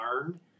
learn